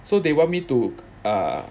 so they want me to err